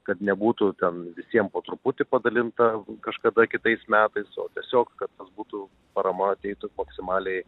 kad nebūtų ten visiem po truputį padalinta kažkada kitais metais o tiesiog kad būtų parama ateitų maksimaliai